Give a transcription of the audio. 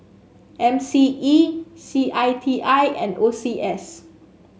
M C E C I T I and O C S